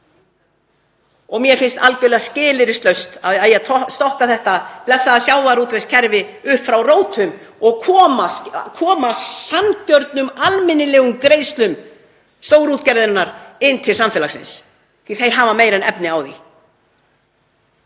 Mér finnst algerlega skilyrðislaust að það eigi að stokka þetta blessaða sjávarútvegskerfi upp frá rótum og koma sanngjörnum og almennilegum greiðslum stórútgerðarinnar til samfélagsins því þeir hafa meira en efni á því.